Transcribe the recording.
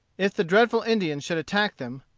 if the dreadful indians should attack them,